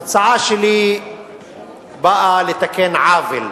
ההצעה שלי באה לתקן עוול,